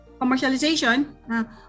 commercialization